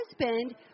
husband